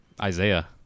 Isaiah